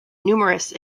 numerous